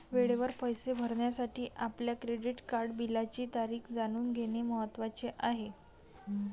वेळेवर पैसे भरण्यासाठी आपल्या क्रेडिट कार्ड बिलाची तारीख जाणून घेणे महत्वाचे आहे